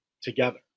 together